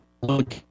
look